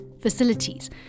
facilities